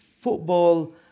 football